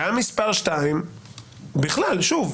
בעיה מספר שתיים בכלל, שוב: